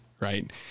Right